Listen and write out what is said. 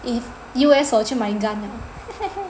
if U_S 我去买 gun liao